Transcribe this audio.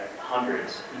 hundreds